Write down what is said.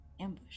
ambush